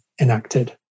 enacted